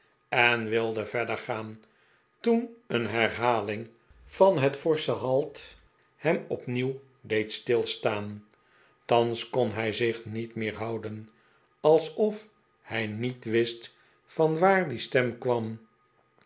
en wilde verder gaan toen een herhaling van het forsche halt hem opnieuw deed stilstaan thans kon hij zich niet meer houden alsof hij niet wist vanwaar die stem kwam